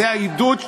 זה העידוד,